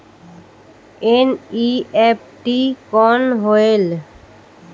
NEFT कौन होएल?